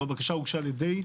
"הבקשה הוגשה על-ידי",